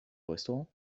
restaurant